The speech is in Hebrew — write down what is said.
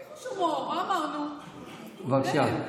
בבקשה.